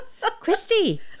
Christy